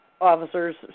officers